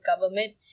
government